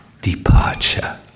departure